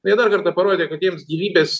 jie dar kartą parodė kad jiems gyvybės